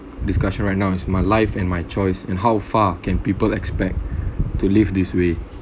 discussion right now is my life and my choice and how far can people expect to live this way